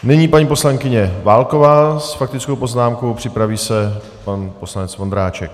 Nyní paní poslankyně Válková s faktickou poznámkou, připraví se pan poslanec Vondráček.